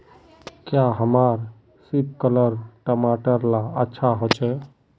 क्याँ हमार सिपकलर टमाटर ला अच्छा होछै?